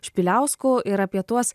špiliausku ir apie tuos